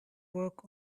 work